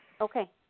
Okay